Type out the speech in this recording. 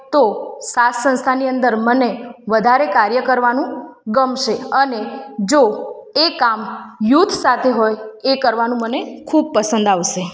તો સાથ સંસ્થાની અંદર મને વધારે કાર્ય કરવાનું ગમશે અને જો એ કામ યુથ સાથે હોય એ કરવાનું મને ખૂબ પસંદ આવશે